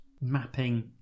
mapping